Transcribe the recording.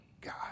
God